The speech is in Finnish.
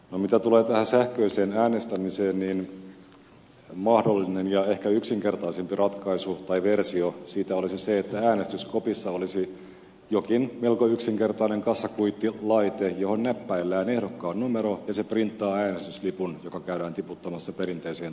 no mitä tulee sähköiseen äänestämiseen niin mahdollinen ja ehkä yksinkertaisempi versio siitä olisi se että äänestyskopissa olisi jokin melko yksinkertainen kassakuittilaite johon näppäillään ehdokkaan numero ja joka printtaa äänestyslipun joka käydään tiputtamassa perinteiseen tapaan uurnaan